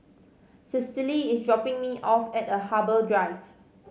Cecily is dropping me off at the Harbour Drive